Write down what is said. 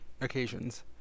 occasions